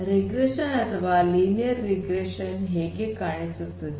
regression ಅಥವಾ linear regression ಹೇಗೆ ಕಾಣಿಸುತ್ತದೆ